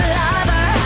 lover